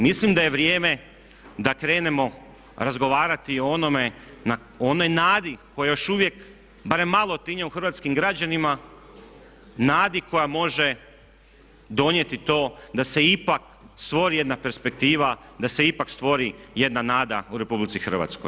Mislim da je vrijeme da krenemo razgovarati i o onome, onoj nadi koja još uvijek barem malo tinja u hrvatskim građanima, nadi koja može donijeti to da se ipak stvori jedna perspektiva, da se ipak stvori jedna nada u RH.